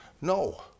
No